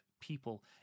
people